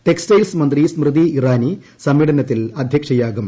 textiles മന്ത്രി സ്മൃതി ഇറാനി ഉസമ്മേളനത്തിൽ അദ്ധ്യക്ഷയാകും